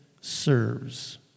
serves